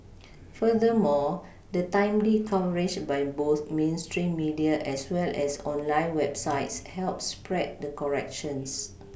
furthermore the timely coverage by both mainstream media as well as online websites help spread the corrections